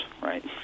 right